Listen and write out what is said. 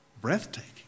breathtaking